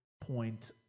point